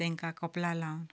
तांकां कपलाक लावन